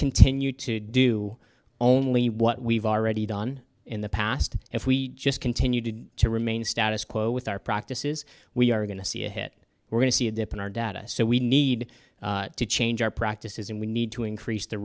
continue to do only what we've already done in the past if we just continue to do to remain status quo with our practices we are going to see a hit we're going to see a dip in our data so we need to change our practices and we need to increase the